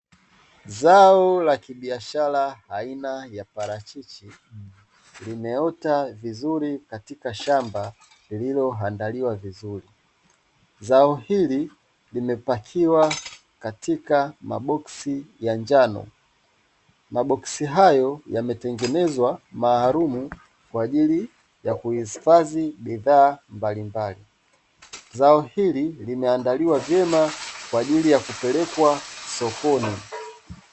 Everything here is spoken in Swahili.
Zao la kibiashara aina ya parachichi limeota vizuri katika shamba lililo andaliwa vizuri. Zao hili limepakiwa katika maboksi ya njano, maboksi hayo yametengenezwa maalumu kwa ajili ya kuhifadhi bidhaa mbalimbali. Zao hili limeandaliwa vyema kwa ajili ya kupelekwa sokoni.